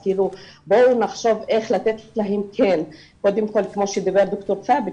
בואו נחשוב איך לתת להם קודם כל כמו שדיבר ד"ר ת'אבת,